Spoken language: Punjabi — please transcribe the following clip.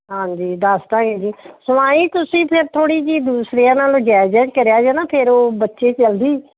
ਹਾਂਜੀ ਦੱਸ ਤਾ ਜੀ ਸਿਲਾਈ ਤੁਸੀਂ ਫਿਰ ਥੋੜ੍ਹੀ ਜਿਹੀ ਦੂਸਰਿਆਂ ਨਾਲ ਜਾਇਜ਼ ਜਾਇਜ਼ ਕਰਿਆ ਜੇ ਨਾ ਫਿਰ ਉਹ ਬੱਚੇ ਜਲਦੀ